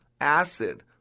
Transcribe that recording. acid